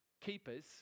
keepers